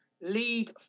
lead